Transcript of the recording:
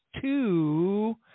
two